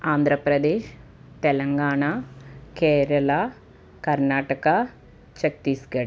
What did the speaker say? Andhra Pradesh Telangana Kerala Karnataka Chhattisgarh